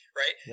right